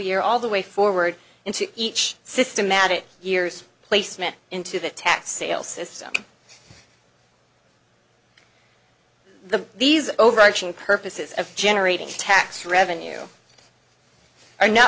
year all the way forward into each systematic years placement into the tax sale system the these overarching purposes of generating tax revenue are not